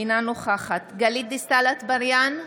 אינה נוכחת גלית דיסטל אטבריאן,